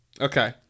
Okay